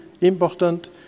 important